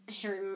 Harry